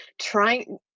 trying